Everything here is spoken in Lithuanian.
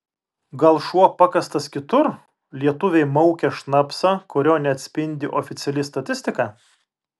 gal šuo pakastas kitur lietuviai maukia šnapsą kurio neatspindi oficiali statistika